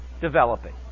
developing